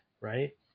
right